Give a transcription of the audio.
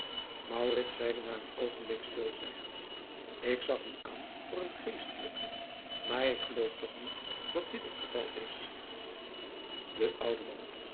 zeide na een oogenblik stilzwijgens ik zag u aan voor een geestelijke maar ik geloof toch niet dat dit het geval is de oude man